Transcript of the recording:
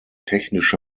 technische